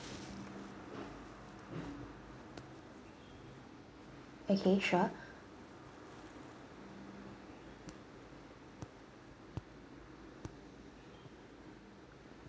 okay sure